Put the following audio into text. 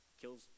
kills